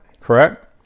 Correct